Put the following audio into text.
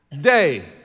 day